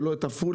לא את עפולה,